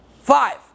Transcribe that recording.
Five